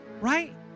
Right